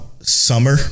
summer